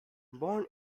born